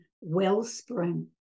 wellspring